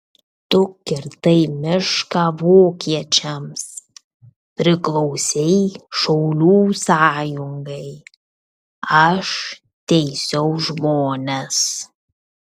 tu kirtai mišką vokiečiams priklausei šaulių sąjungai aš teisiau žmones